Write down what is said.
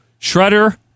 Shredder